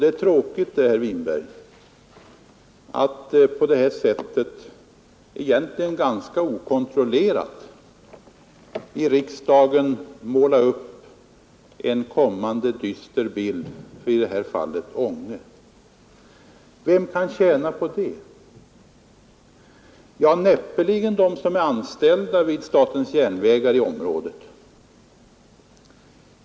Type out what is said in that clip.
Det är tråkigt, herr Winberg, att på det här sättet egentligen ganska okontrollerat måla upp en kommande dyster bild för i detta fall Ånge. Vem kan tjäna på det? Näppeligen de som är anställda vid SJ i området.